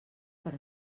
per